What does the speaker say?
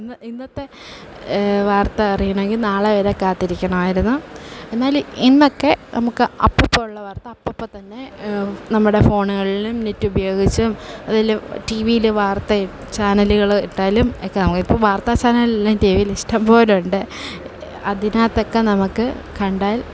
ഇന്നത്തെ വാർത്ത അറിയണമെങ്കിൽ നാളെവരെ കാത്തിരിക്കണം ആയിരുന്നു എന്നാൽ ഇന്നൊക്കെ നമുക്ക് അപ്പപ്പം ഉള്ള വാർത്ത അപ്പപ്പം തന്നെ നമ്മുടെ ഫോണുകളിൽ നെറ്റ് ഉപയോഗിച്ചും ടിവിയിൽ വാർത്ത ചാനലുകൾ ഇട്ടാലും വാർത്ത ചാനലുകളെല്ലാം ടിവിയിൽ ഇഷ്ടം പോലെയുണ്ട് അതിനകത്തൊക്കെ നമുക്ക് കണ്ടാൽ